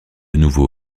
nouveau